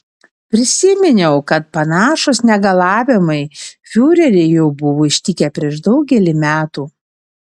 prisiminiau kad panašūs negalavimai fiurerį jau buvo ištikę prieš daugelį metų